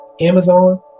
amazon